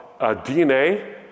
DNA